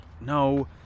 No